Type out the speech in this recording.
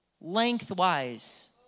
lengthwise